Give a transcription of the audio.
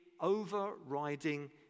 overriding